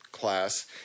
class